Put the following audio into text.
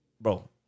bro